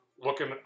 looking